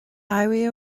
éirigh